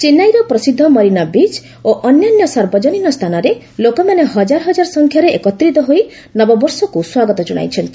ଚେନ୍ନାଇର ପ୍ରସିଦ୍ଧ ମରିନା ବିଚ୍ ଓ ଅନ୍ୟାନ୍ୟ ସାର୍ବଜନୀନ ସ୍ଥାନରେ ଲୋକମାନେ ହକାର ହକାର ସଂଖ୍ୟାରେ ଏକତ୍ରିତ ହୋଇ ନବବର୍ଷକୁ ସ୍ୱାଗତ ଜଣାଇଛନ୍ତି